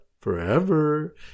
forever